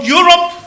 Europe